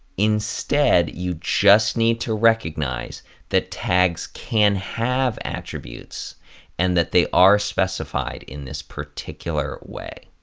instead you just need to recognize that tags can have attributes and that they are specified in this particular way.